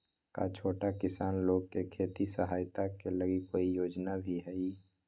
का छोटा किसान लोग के खेती सहायता के लगी कोई योजना भी हई?